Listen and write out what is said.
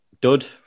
Dud